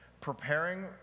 Preparing